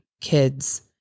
kids